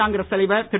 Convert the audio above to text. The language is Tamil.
காங்கிரஸ் தலைவர் திரு